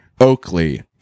Oakley